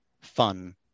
fun